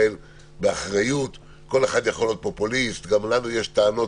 כל אחד יכול להיות פופוליסט; גם לנו יש טענות